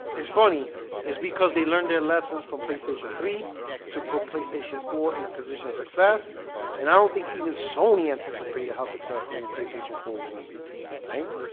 it's funny is because they learn their lessons from playstation three to playstation four in the position of success and i don't think even sony anticipated how successful playstation four was going to be right